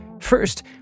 First